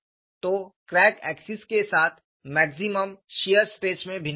तो crack axis के साथ मैक्सिमम शियर स्ट्रेस में भिन्नता है